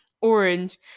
orange